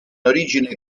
origine